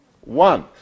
one